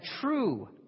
true